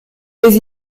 des